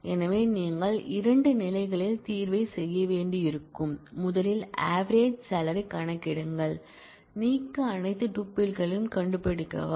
எனவே நீங்கள் இரண்டு நிலைகளில் தீர்வைச் செய்ய வேண்டியிருக்கும் முதலில் ஆவரேஜ் சாலரி கணக்கிடுங்கள் நீக்க அனைத்து டூப்பிள்களையும் கண்டுபிடிக்கவா